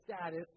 status